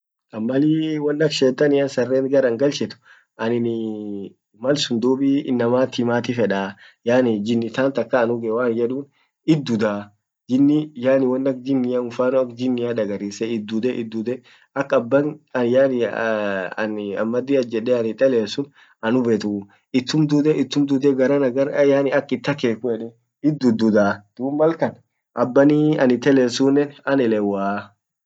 an mal won ak shetania saren gar an galchit anin malsun dub innamat himati fedaa, jinni tant akkan an huge waan yedun it dudaa, jini yaani wan ak jinnia mfano ak jinnia dagarisse itdude dude